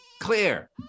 clear